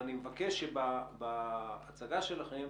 ואני מבקש שבהצגה שלכם